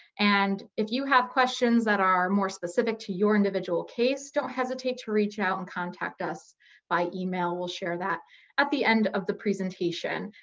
and if you have questions that are more specific to your individual case, don't hesitate to reach out and contact us by email. we'll share that at the end of the presentation.